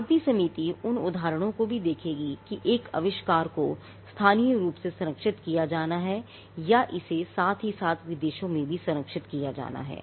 IP समिति उन उदाहरणों को भी देखेगी कि एक आविष्कार को स्थानीय रूप से संरक्षित किया जाना है या इसे साथ ही साथ विदेशों में भी संरक्षित किया जाना है